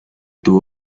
tuvo